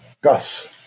Gus